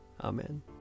Amen